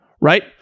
right